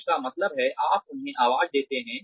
जिसका मतलब है आप उन्हें आवाज देते हैं